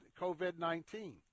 COVID-19